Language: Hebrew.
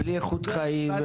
בלי איכות חיים,